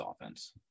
offense